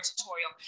tutorial